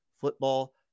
football